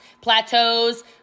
plateaus